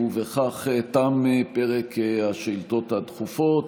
ובכך תם פרק השאילתות הדחופות.